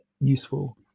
useful